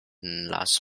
las